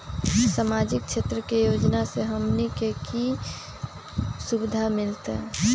सामाजिक क्षेत्र के योजना से हमनी के की सुविधा मिलतै?